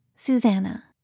Susanna